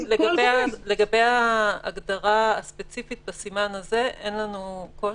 לגבי ההגדרה הספציפית בסימן הזה אין לנו קושי,